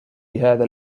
هذا